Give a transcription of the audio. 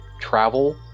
travel